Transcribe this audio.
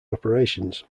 operations